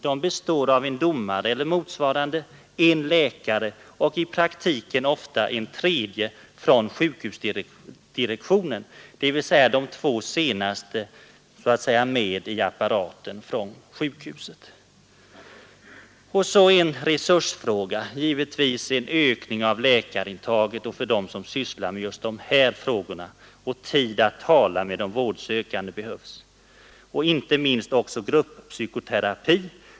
De består av en domare eller motsvarande, en läkare, och en tredje person som i praktiken ofta är från sjukhusdirektionen; två av de tre är så att säga med i apparaten med alla de undermedvetna personliga bindningar som kan finnas. Så en resursfråga: Det behövs en ökning av läkarintaget och av dem som sysslar med just des sa frågor, det behövs tid att tala med de vårdsökande och det behövs inte minst gruppsykoterapi.